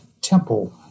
temple